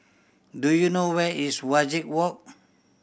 do you know where is Wajek Walk